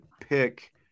pick